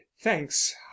thanks